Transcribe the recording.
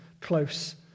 close